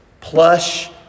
plush